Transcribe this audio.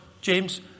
James